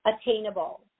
attainable